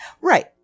Right